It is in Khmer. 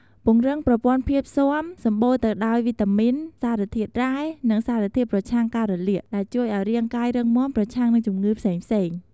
ពង្រឹងប្រព័ន្ធភាពស៊ាំ សម្បូរទៅដោយវីតាមីន សារធាតុរ៉ែ និងសារធាតុប្រឆាំងការរលាក ដែលជួយឲ្យរាងកាយរឹងមាំប្រឆាំងនឹងជំងឺផ្សេងៗ។